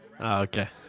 okay